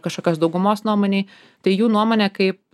kažkokios daugumos nuomonei tai jų nuomonė kaip